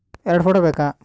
ಎರಡು ಫೋಟೋ ಬೇಕಾ?